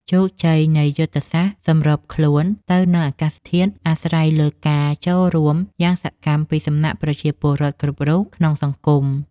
ជោគជ័យនៃយុទ្ធសាស្ត្រសម្របខ្លួនទៅនឹងអាកាសធាតុអាស្រ័យលើការចូលរួមយ៉ាងសកម្មពីសំណាក់ប្រជាពលរដ្ឋគ្រប់រូបក្នុងសង្គម។